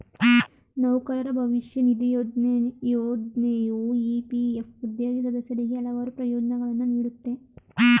ನೌಕರರ ಭವಿಷ್ಯ ನಿಧಿ ಯೋಜ್ನೆಯು ಇ.ಪಿ.ಎಫ್ ಉದ್ಯೋಗಿ ಸದಸ್ಯರಿಗೆ ಹಲವಾರು ಪ್ರಯೋಜ್ನಗಳನ್ನ ನೀಡುತ್ತೆ